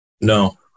No